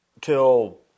till